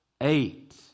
eight